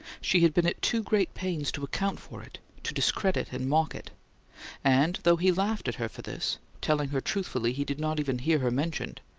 she had been at too great pains to account for it, to discredit and mock it and, though he laughed at her for this, telling her truthfully he did not even hear her mentioned,